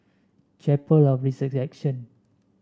Chapel of The Resurrection